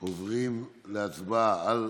אנחנו עוברים להצבעה על